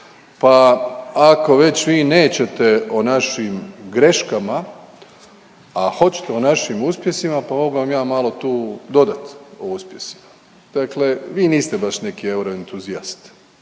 pa ako već vi nećete o našim greškama, a hoćete o našim uspjesima pa mogu vam ja malo tu dodati o uspjesima. Dakle, vi niste baš neki euroentuzijast,